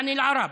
כלומר ערביים,